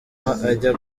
ajya